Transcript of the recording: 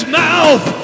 mouth